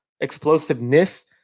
explosiveness